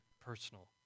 personal